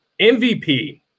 MVP